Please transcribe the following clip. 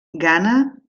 ghana